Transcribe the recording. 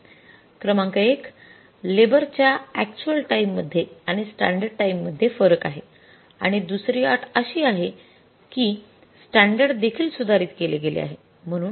क्रमांक १ लेबर च्या actual time मध्ये आणि स्टॅंडर्ड टाईम मध्ये फरक आहे आणि दुसरी अट अशी आहे की स्टॅंडर्ड देखील सुधारित केले गेले आहे